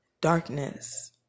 darkness